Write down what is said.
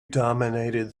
dominated